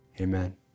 Amen